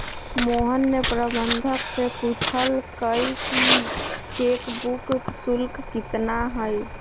मोहन ने प्रबंधक से पूछल कई कि चेक बुक शुल्क कितना हई?